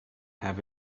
have